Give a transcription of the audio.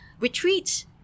retreats